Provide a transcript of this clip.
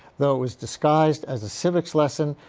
though it was disguised as a civics lesson,